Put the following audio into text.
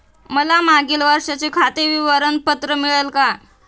मला मागील वर्षाचे खाते विवरण पत्र मिळेल का?